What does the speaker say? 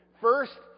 First